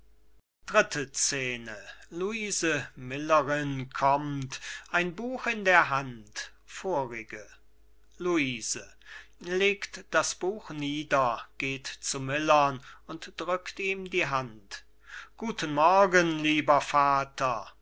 luise millerin kommt ein buch in der hand vorige luise legt das buch nieder geht zu millern und drückt ihm die hand guten morgen lieber vater